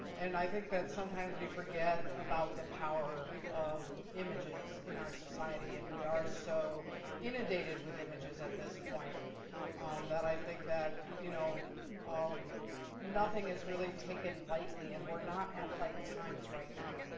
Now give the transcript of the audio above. and i think that sometimes we forget about the power of images in our society. and we are so inundated with images at this point um that i think that you know um nothing is really taken lightly. and we're not at light times right now.